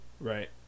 right